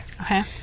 Okay